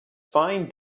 fine